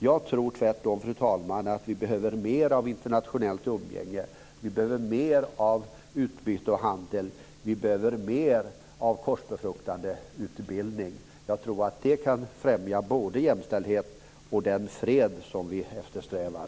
Jag tror tvärtom, fru talman, att vi behöver mer av internationellt umgänge. Vi behöver mer av utbyte och handel. Vi behöver mer av korsbefruktande utbildning. Jag tror att det kan främja både jämställdhet och den fred som vi eftersträvar.